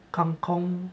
kangkong